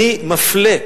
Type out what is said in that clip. אני מפלה,